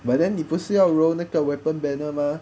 but then 你不是要 role 那个 weapon banner mah